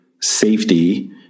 safety